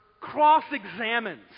cross-examines